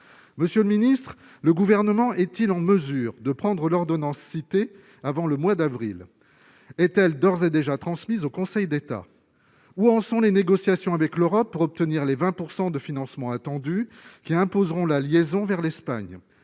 monsieur le Ministre, le gouvernement est-il en mesure de prendre l'ordonnance citée avant le mois d'avril est-elle d'ores et déjà transmise au Conseil d'État, où en sont les négociations avec l'Europe pour obtenir les 20 % de financement attendus qui imposeront la liaison vers l'Espagne,